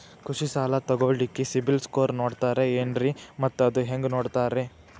ಕೃಷಿ ಸಾಲ ತಗೋಳಿಕ್ಕೆ ಸಿಬಿಲ್ ಸ್ಕೋರ್ ನೋಡ್ತಾರೆ ಏನ್ರಿ ಮತ್ತ ಅದು ಹೆಂಗೆ ನೋಡ್ತಾರೇ?